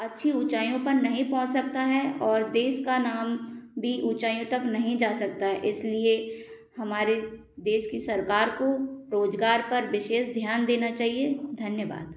अच्छी ऊचाईयों पर नहीं पहुँच सकता है और देश का नाम भी ऊचाईयों तक नहीं जा सकता है इसलिए हमारे देश की सरकार को रोजगार पर विशेष ध्यान देना चाहिए धन्यवाद